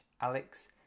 alex